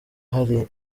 hari